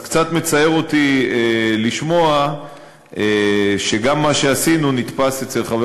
אז קצת מצער אותי לשמוע שגם מה שעשינו נתפס אצל חבר